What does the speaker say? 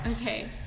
Okay